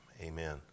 Amen